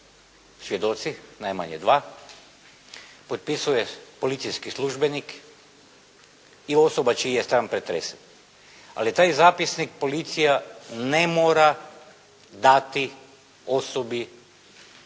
svjedoci, najmanje dva, potpisuje policijski službenik i osoba čiji je stan pretresen. Ali taj zapisnik policija ne mora dati osobi